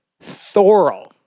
thorough